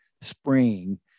spring